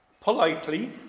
politely